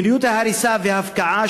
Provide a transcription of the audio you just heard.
מדיניות ההריסה וההפקעה,